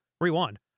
rewind